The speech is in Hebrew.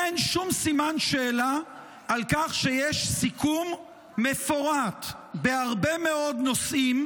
אין שום סימן שאלה על כך שיש סיכום מפורט בהרבה מאוד נושאים,